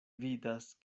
vidas